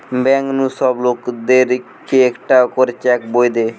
bank নু সব লোকদের কে একটা করে চেক বই দে